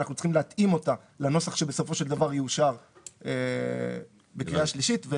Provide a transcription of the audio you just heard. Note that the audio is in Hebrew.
אנחנו צריכים להתאים אותה לנוסח שבסופו של דבר יאושר בקריאה שלישית.